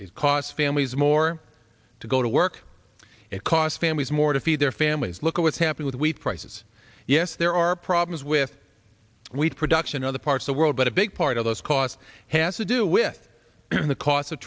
is costs families more to go to work it costs families more to feed their families look at what's happened with wheat prices yes there are problems with wheat production other parts of world but a big part of those costs has to do with the costs of